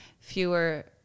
fewer